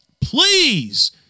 Please